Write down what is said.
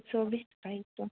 एक्स' बिस